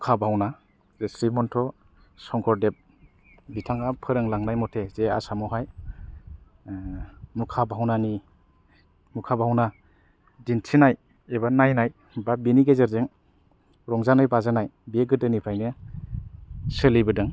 मुखा भावना स्रिमनथ' संकरदेव बिथाङा फोरोंलांनाय मथे जे आसामाव हाय मुखा बावना नि मुखा बावना दिन्थिनाय एबा नायनाय बा बेनि गेजेरजों रंजानाय बाजानाय बे गोदोनिफ्रायनो सोलिबोदों